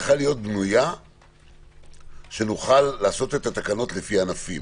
המערכת צריכה להיות בנויה שנוכל לעשות את התקנות לפי ענפים,